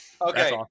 Okay